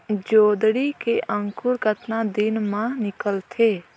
जोंदरी के अंकुर कतना दिन मां निकलथे?